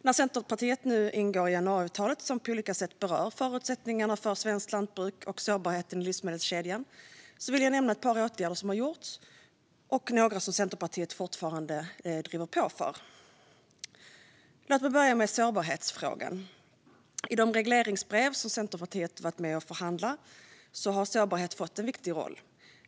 När Centerpartiet nu ingår i januariavtalet, som på olika sätt berör förutsättningarna för svenskt lantbruk och sårbarheten i livsmedelskedjan, vill jag nämna ett par åtgärder som har gjorts och några som Centerpartiet fortfarande driver på för. Låt mig börja med sårbarhetsfrågan. I de regleringsbrev som Centerpartiet varit med och förhandlat fram har sårbarhet fått en viktig roll.